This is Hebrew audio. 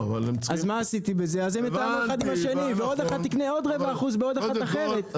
אז הם יתאמו אחד עם השני ועוד אחת תקנה עוד רבע אחוז בעוד אחת אחרת,